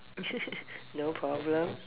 no problem